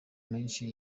menshi